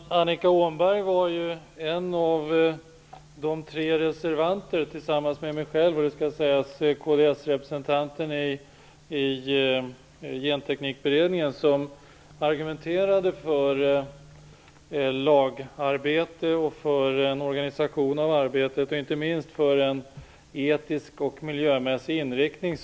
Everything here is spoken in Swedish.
Herr talman! Annika Åhnberg var en av de tre reservanter -- de andra var jag själv och kdsrepresentanten i Genteknikberedningen -- som argumenterade för lagarbete, för en organisation av arbetet och inte minst för en etisk och miljömässig inriktning.